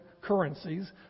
currencies